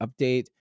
update